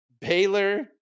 Baylor